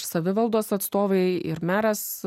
savivaldos atstovai ir meras